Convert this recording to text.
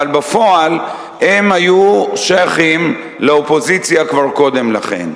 אבל בפועל הם היו שייכים לאופוזיציה כבר קודם לכן.